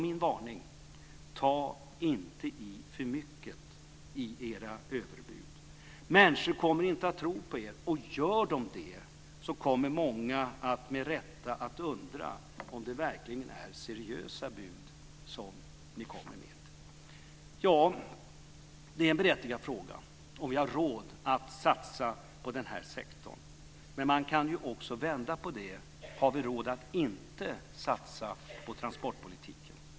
Min varning är: Ta inte i för mycket i era överbud. Människor kommer inte att tro på er. Gör de det kommer många att med rätta undra om det verkligen är seriösa bud som ni kommer med. Det är en berättigad fråga om vi ha råd att satsa på den här sektorn. Man kan också vända på det. Har vi råd att inte satsa på transportpolitiken?